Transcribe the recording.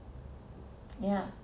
yeah